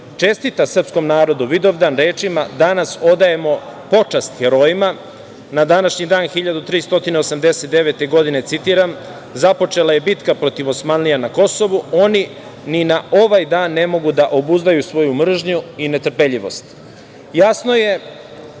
čestita srpskom narodu Vidovdan rečima – danas odajemo počast herojima. Na današnji dan 1389. godine citiram: „započela je bitka protiv osmanlija na Kosovu oni ni na ovaj dan ne mogu da obuzdaju svoju mržnju i netrpeljivost“.Jasno je